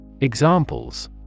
Examples